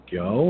go